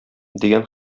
дигән